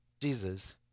Jesus